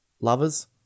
lovers